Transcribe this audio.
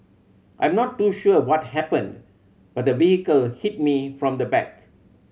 I'm not too sure what happened but the vehicle hit me from the back